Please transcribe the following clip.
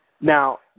Now